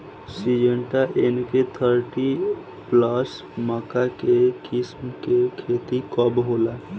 Syngenta N K thirty plus मक्का के किस्म के खेती कब होला?